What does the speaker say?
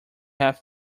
have